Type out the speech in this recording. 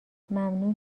ممنون